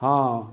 हॅं